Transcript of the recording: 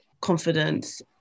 confidence